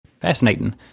Fascinating